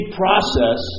process